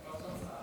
תפסת צד,